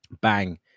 bang